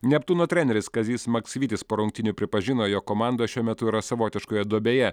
neptūno treneris kazys maksvytis po rungtynių pripažino jog komanda šiuo metu yra savotiškoje duobėje